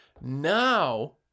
Now